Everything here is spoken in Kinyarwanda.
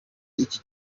iki